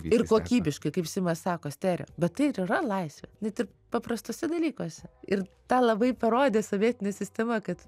ir kokybiškai kaip simas sako stereo bet tai ir yra laisvė net ir paprastuose dalykuose ir tą labai parodė sovietinė sistema kad